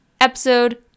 episode